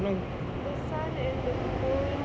the sun and the moon